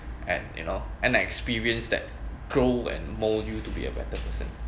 and you know and I experienced that grow and mold you to be a better person